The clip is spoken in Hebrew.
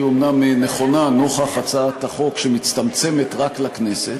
שהיא אומנם נכונה נוכח הצעת החוק שמצטמצמת רק לכנסת.